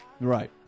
Right